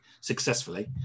successfully